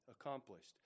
accomplished